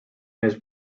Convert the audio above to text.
his